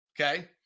okay